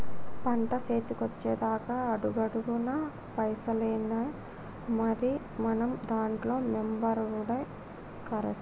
పంట సేతికొచ్చెదాక అడుగడుగున పైసలేనాయె, మరి మనం దాంట్ల మెంబరవుడే కరెస్టు